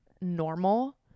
normal